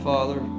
Father